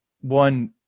one